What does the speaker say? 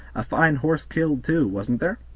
a fine horse killed, too, wasn't there?